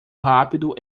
rápido